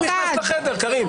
רק נכנסת לחדר, קארין.